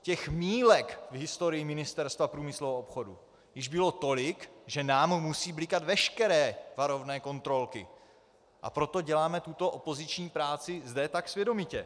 Těch mýlek v historii Ministerstva průmyslu a obchodu již bylo tolik, že nám musí blikat veškeré varovné kontrolky, a proto děláme tuto opoziční práci zde tak svědomitě.